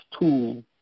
tool